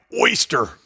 oyster